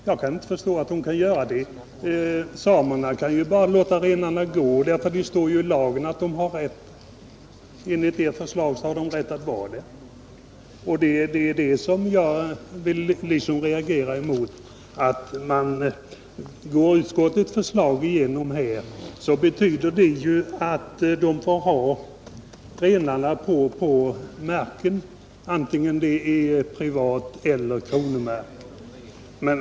Jag kan inte förstå att lantbruksnämnden kan göra det. Samerna kan ju bara låta renarna gå där, därför att det står ju i lagen att de har rätt att vara där enligt ert förslag. Vad jag vill reagera mot är att om utskottets förslag går igenom här betyder det ju att samerna får ha renarna på marken, vare sig det är privat mark eller kronomark.